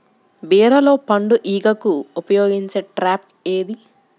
బీరలో పండు ఈగకు ఉపయోగించే ట్రాప్ ఏది?